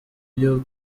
iyo